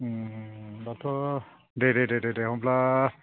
ओम दाथ' दे दे दे दे होमब्ला